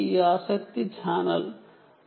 మరియు నాల్గవ పరామితి ఛానల్ అఫ్ ఇంటరెస్ట్